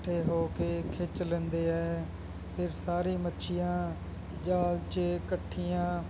ਇਕਠੇ ਹੋ ਕੇ ਖਿੱਚ ਲੈਂਦੇ ਹੈ ਫਿਰ ਸਾਰੀਆਂ ਮੱਛੀਆਂ ਜਾਲ 'ਚ ਇਕੱਠੀਆਂ